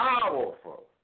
powerful